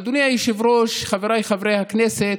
אדוני היושב-ראש, חבריי חברי הכנסת,